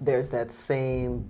there's that same